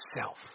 self